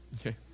Okay